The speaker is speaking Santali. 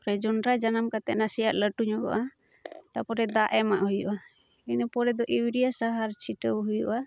ᱡᱚᱸᱰᱨᱟ ᱡᱟᱱᱟᱢ ᱠᱟᱛᱮᱫ ᱱᱟᱥᱮᱭᱟᱜ ᱞᱟᱹᱴᱩ ᱧᱚᱜᱚᱼᱟ ᱛᱟᱯᱚᱨᱮ ᱫᱟᱜ ᱮᱢᱟᱜ ᱦᱩᱭᱩᱜᱼᱟ ᱤᱱᱟᱹ ᱯᱚᱨᱮᱫᱚ ᱤᱭᱩᱨᱤᱭᱟ ᱥᱟᱦᱟᱨ ᱪᱷᱤᱴᱟᱹᱣ ᱦᱩᱭᱩᱜᱼᱟ